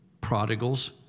prodigals